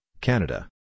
Canada